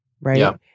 right